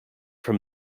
from